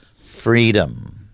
freedom